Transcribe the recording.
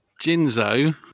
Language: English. Jinzo